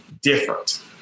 different